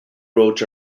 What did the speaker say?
roads